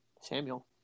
Samuel